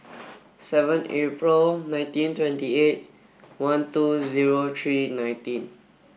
seven April nineteen twenty eight one two zero three nineteen